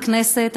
בכנסת,